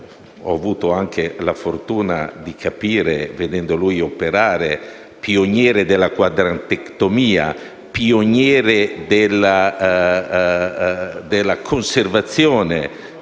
ho avuto anche la fortuna di capire, vedendo lui operare, pioniere della quadrantectomia e della conservazione